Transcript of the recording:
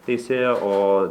teisėjo o